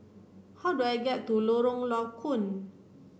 how do I get to Lorong Low Koon